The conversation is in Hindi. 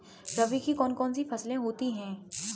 रबी की कौन कौन सी फसलें होती हैं?